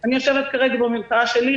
אני יושבת כרגע במרפאה שלי.